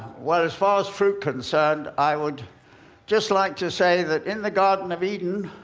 well, as far as fruit concerned, i would just like to say that in the garden of eden,